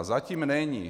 Zatím není.